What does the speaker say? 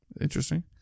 Interesting